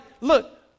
look